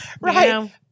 Right